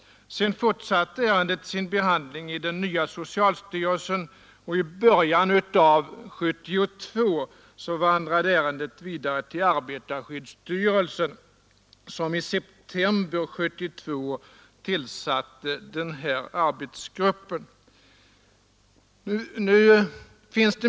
Sedan fortsatte ärendet sin vandring i den nya socialstyrelsen, och i början av 1972 vandrade det vidare till arbetarskyddsstyrelsen, som i september 1972 tillsatte arbetsgruppen.